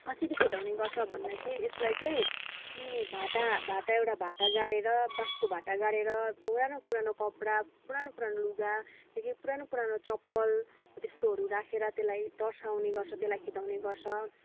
कसरी खेदाउने गर्छ भन्दा चाहिँ यसलाई चाहिँ कि भाटा भाटा एउटा भाटा गाडेर बाँसको भाटा गाडेर पुरानो पुरानो कपडा पुरानो पुरानो लुगा के के पुरानो पुरानो चप्पल त्यस्तोहरू राखेर त्यसलाई तर्साउने गर्छ त्यसलाई खेदाउने गर्छ